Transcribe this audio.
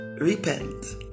Repent